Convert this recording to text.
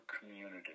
community